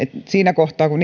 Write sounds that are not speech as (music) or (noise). siinä kohtaa kun (unintelligible)